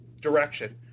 direction